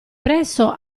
presso